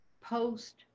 post